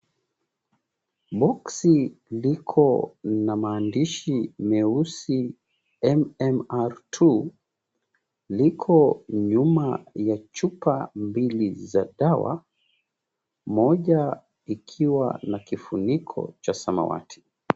Boxi iko na maandishi meusi MMR2 liko nyuma ya chupa mbili za dawa moja ikiwa na kifuniko cha samawati.